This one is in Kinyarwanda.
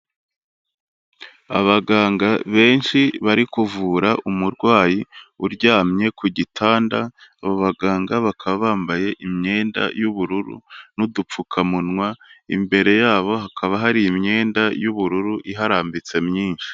Abaganga benshi bari kuvura umurwayi uryamye ku gitanda, abo baganga bakaba bambaye imyenda y'ubururu n'udupfukamunwa, imbere yabo hakaba hari imyenda y'ubururu, iharambitse myinshi.